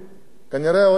כנראה הוא צדק.